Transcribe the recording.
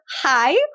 hi